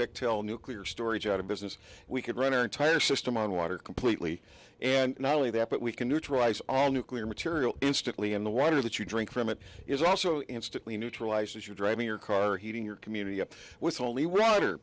bechtel nuclear storage out of business we could run our entire system on water completely and not only that but we can neutralize all nuclear material instantly in the water that you drink from it is also instantly neutralized as you're driving your car heating your community up with holy water